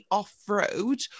off-road